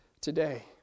today